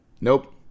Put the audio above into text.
nope